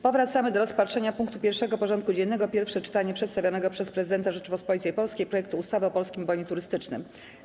Powracamy do rozpatrzenia punktu 1. porządku dziennego: Pierwsze czytanie przedstawionego przez Prezydenta Rzeczypospolitej Polskiej projektu ustawy o Polskim Bonie Turystycznym.